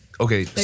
okay